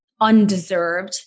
undeserved